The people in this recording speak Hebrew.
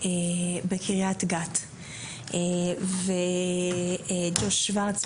בקריית גת ומר ג'וש שוורץ,